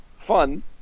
fun